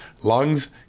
lungs